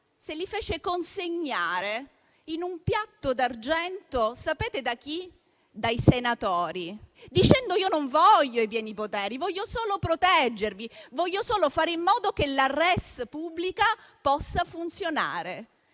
se li fece consegnare su un piatto d'argento. Sapete da chi? Dai senatori, dicendo loro: io non voglio i pieni poteri, voglio solo proteggervi, voglio solo fare in modo che la *res publica* possa funzionare.